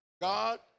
God